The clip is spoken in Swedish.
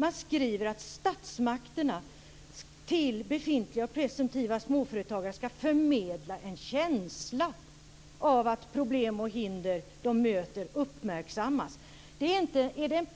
Man skriver att statsmakterna till befintliga och presumtiva småföretagare skall förmedla en känsla av att de problem och hinder de möter uppmärksammas. Är det